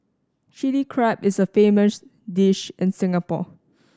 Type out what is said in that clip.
Chilli Crab is a famous dish in Singapore